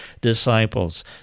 disciples